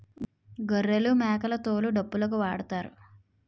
గొర్రెలమేకల తోలు డప్పులుకు వాడుతారు